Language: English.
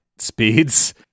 speeds